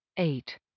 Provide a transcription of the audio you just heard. Eight